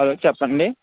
hello చెప్పండి